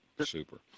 Super